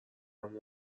اونها